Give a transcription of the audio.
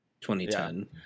2010